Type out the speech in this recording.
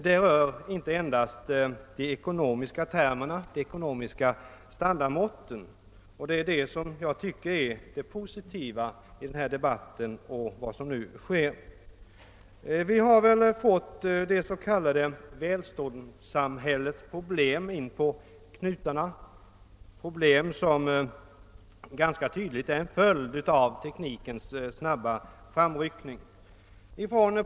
Det rör inte endast de ekonomiska termerna och de ekonomiska standardmåtten, och det är detta som jag tycker är det positiva i den debatt som nu pågår. Vi har fått det s.k. välståndssamhällets problem inpå knutarna, problem som ganska tydligt är en följd av teknikens snabba framryckning.